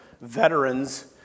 veterans